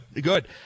good